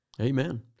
Amen